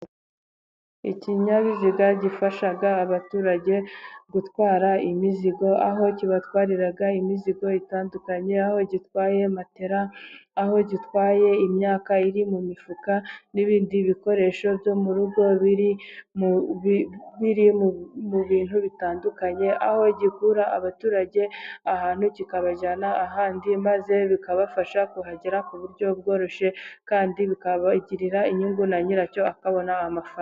Ikinyabizi gifasha abaturage gutwara imizigo, aho kibatwarira imizigo itandukanye ,aho gitwaye matela, aho gitwaye imyaka iri mu mifuka, n'ibindi bikoresho byo mu rugo biri mu biri mu bintu bitandukanye, aho gikura abaturage ahantu kikabajyana ahandi, maze bikabafasha kuhagera ku buryo bworoshye, kandi bikagirira inyungu na nyiracyo akabona amafaranga.